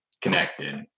connected